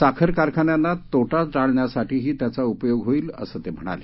साखर कारखान्यांना तोटा टाळण्यासाठीही त्याचा उपयोग होईल असं ते म्हणाले